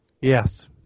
Yes